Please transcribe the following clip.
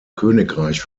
königreich